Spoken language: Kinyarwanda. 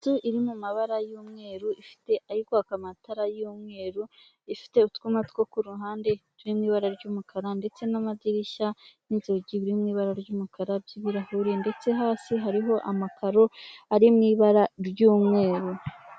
Inzu iri mu mabara y'umweru ifite iri kwaka amatara y'umweru, ifite utwuma two ku ruhande turi mu ibara ry'umukara ndetse n'amadirishya n'inzugi biri mu ibara ry'umukara by'ibirahuri ndetse hasi hariho amakaro ari mu ibara ry'umweru.